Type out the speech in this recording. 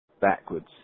backwards